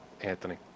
Anthony